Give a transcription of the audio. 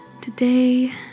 Today